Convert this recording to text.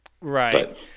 Right